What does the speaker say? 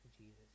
Jesus